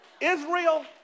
Israel